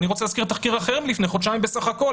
אני רוצה להזכיר תחקיר אחר מלפני חודשיים בסך הכל,